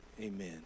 amen